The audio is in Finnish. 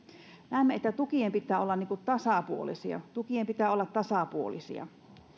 näemme että tukien pitää olla tasapuolisia tukien pitää olla tasapuolisia